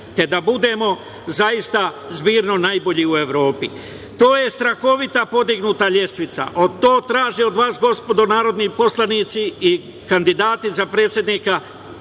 te da budemo zaista zbirno najbolji u Evropi. To je strahovita podignuta lestvica. To od vas traži, gospodo narodni poslanici i kandidat za ministre,